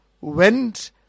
went